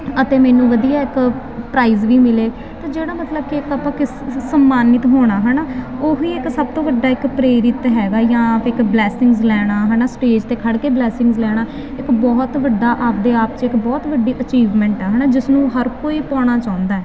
ਅਤੇ ਮੈਨੂੰ ਵਧੀਆ ਇੱਕ ਪ੍ਰਾਈਜ਼ ਵੀ ਮਿਲੇ ਤਾਂ ਜਿਹੜਾ ਮਤਲਬ ਕਿ ਇੱਕ ਆਪਾਂ ਕਿਸ ਸਨਮਾਨਿਤ ਹੋਣਾ ਹੈ ਨਾ ਉਹੀ ਇੱਕ ਸਭ ਤੋਂ ਵੱਡਾ ਇੱਕ ਪ੍ਰੇਰਿਤ ਹੈਗਾ ਜਾਂ ਆਪਾਂ ਇੱਕ ਬਲੈਸਿੰਗਸ ਲੈਣਾ ਹੈ ਨਾ ਸਟੇਜ 'ਤੇ ਖੜ੍ਹ ਕੇ ਬਲੈਸਿੰਗਸ ਲੈਣਾ ਇੱਕ ਬਹੁਤ ਵੱਡਾ ਆਪਦੇ ਆਪ 'ਚ ਇੱਕ ਬਹੁਤ ਵੱਡੀ ਅਚੀਵਮੈਂਟ ਆ ਹੈ ਨਾ ਜਿਸ ਨੂੰ ਹਰ ਕੋਈ ਪਾਉਣਾ ਚਾਹੁੰਦਾ